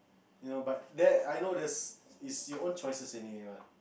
you know but that I know there's is your own choices anyway what